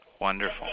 Wonderful